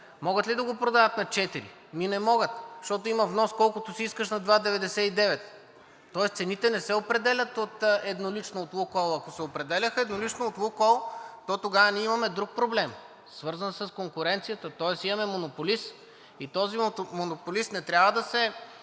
Могат ли да го продават на 4,00? Ами не могат, защото има внос колкото си искаш на 2,99. Тоест цените не се определят еднолично от „Лукойл“. Ако се определяха еднолично от „Лукойл“, то тогава ние имаме друг проблем, свързан с конкуренцията. Тоест имаме монополист и този монополист не трябва, както